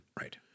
Right